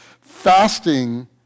fasting